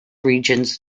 regions